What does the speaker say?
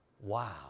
Wow